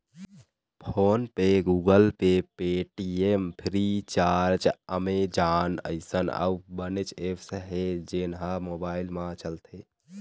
phone पे, Google pay, Paytm, Freecharge, Amazon अइसन अउ बनेच ऐप्स हे जेन ह मोबाईल म चलथे